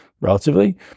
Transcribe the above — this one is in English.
relatively